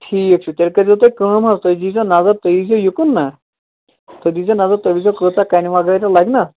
ٹھیٖک چھُ تیٚلہِ کٔرۍزیو تُہۍ کٲم حظ تُہۍ دیٖزیو نظر تُہۍ ییٖزیو یُکُن نَہ تُہۍ دیٖزیو نظر تُہۍ وٕچھزیو کۭژاہ کَنہِ وغٲرِ لَگہِ نَہ